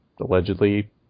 allegedly